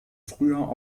früher